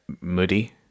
moody